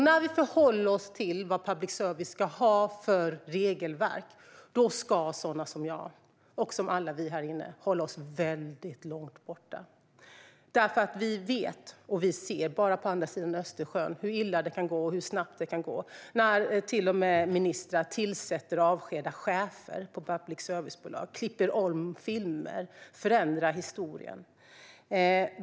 När vi förhåller oss till vad public service ska ha för regelverk ska sådana som jag och vi andra här inne hålla oss väldigt långt borta. Vi kan bara titta på andra sidan Östersjön för att se hur illa det kan gå och hur snabbt det kan gå. Där är det till och med ministrar som tillsätter och avskedar chefer på public service-bolag. Man klipper om filmer och förändrar historien.